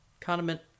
condiment